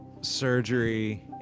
surgery